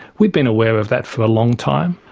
we've been aware of that for a long time.